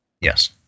yes